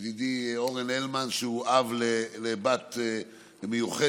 ידידי אורן הלמן, שהוא אב לבת מיוחדת.